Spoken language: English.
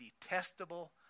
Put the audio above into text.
detestable